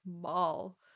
small